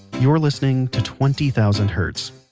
you're listening to twenty thousand hertz.